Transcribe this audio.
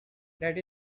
that